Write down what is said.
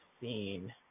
scene